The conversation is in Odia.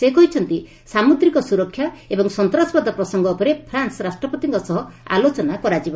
ସେ କହିଛନ୍ତି ସାମୁଦ୍ରିକ ସୁରକ୍ଷା ଏବଂ ସନ୍ତାସବାଦ ପ୍ରସଙ୍ଗ ଉପରେ ଫ୍ରାନ୍ସ ରାଷ୍ଟ୍ରପତିଙ୍କ ସହ ଆଲୋଚନା କରାଯିବ